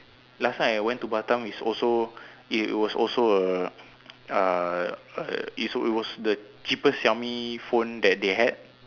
last time I went to Batam is also it was also a uh it was the cheapest Xiaomi phone that they had